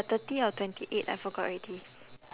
thirty or twenty eight I forgot already